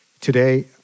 Today